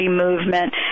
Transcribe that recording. movement